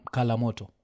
Kalamoto